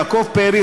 יעקב פרי,